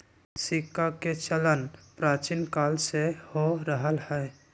सिक्काके चलन प्राचीन काले से हो रहल हइ